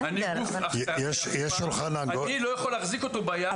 אני גוף אני לא יכול להחזיק אותו ביד.